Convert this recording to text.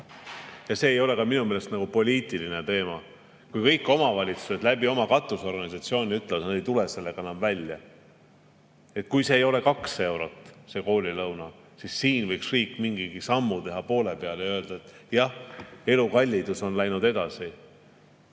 See ei ole minu meelest ka poliitiline teema. Kõik omavalitsused oma katusorganisatsiooni kaudu ütlevad, et nad ei tule enam välja. Kui see ei ole kaks eurot, see koolilõuna, siis võiks riik mingigi sammu teha poole peale ja öelda, et jah, elukallidus on läinud edasi,